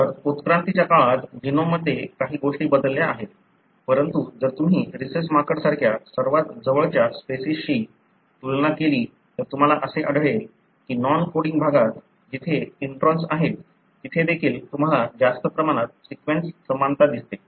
तर उत्क्रांतीच्या काळात जीनोममध्ये काही गोष्टी बदलल्या आहेत परंतु जर तुम्ही रीसस माकड सारख्या सर्वात जवळच्या स्पेसिसशी तुलना केली तर तुम्हाला असे आढळेल की नॉन कोडिंग भागात जेथे इंट्रोन्स आहेत तेथे देखील तुम्हाला जास्त प्रमाणात सीक्वेन्स समानता दिसते